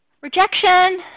Rejection